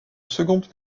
seconde